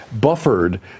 buffered